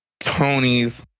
Tony's